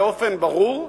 באופן ברור,